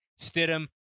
Stidham